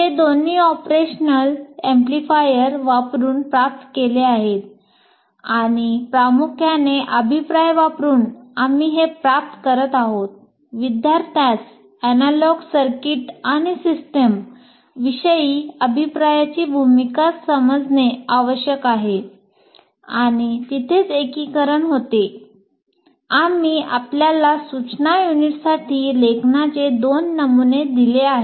हे दोन्ही operational amplifier आम्ही आपल्याला सूचना युनिट्ससाठी लेखनाचे दोन नमुने दिले आहेत